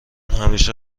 همیشه